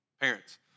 Parents